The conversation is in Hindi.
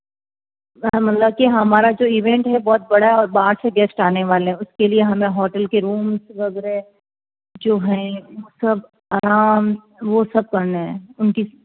हाँ मतलब कि हमारा जो इवेंट है बहौत बड़ा है और बाहर से गेस्ट आने वाले हैं उसके लिए हमे होटल के रूम वगैरह जो हैं सब आराम वो सब करने हैं उनकी